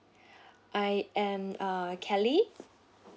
I am uh kelly